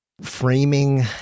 framing